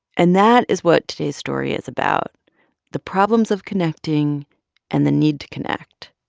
and that is what today's story is about the problems of connecting and the need to connect.